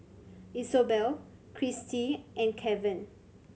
Isobel Christie and Keven